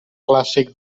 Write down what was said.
clàssic